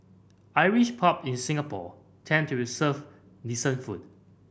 Irish pub in Singapore tend to decent food